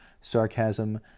sarcasm